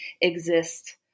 exist